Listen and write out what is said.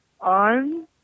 on